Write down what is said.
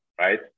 right